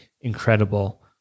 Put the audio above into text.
incredible